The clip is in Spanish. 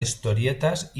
historietas